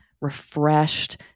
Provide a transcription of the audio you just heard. refreshed